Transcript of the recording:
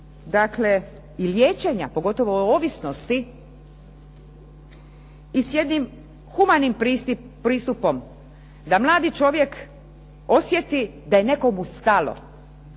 način i liječenja, pogotovo ovisnosti, i s jednim humanim pristupom da mladi čovjek osjeti da je nekomu stalo